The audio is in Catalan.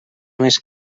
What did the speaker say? més